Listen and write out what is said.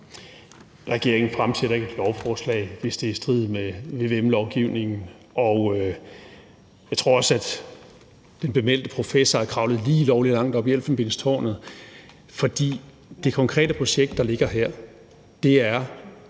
Regeringen fremsætter ikke et lovforslag, hvis det er i strid med vvm-lovgivningen. Jeg tror også, at den bemeldte professor er kravlet lige lovlig langt op i elfenbenstårnet, for det konkrete projekt, der ligger her, handler